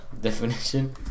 Definition